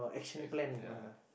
as ya